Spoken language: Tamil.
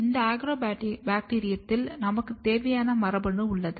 இந்த அக்ரோபாக்டீரியத்தில் நமக்கு தேவையான மரபணு உள்ளது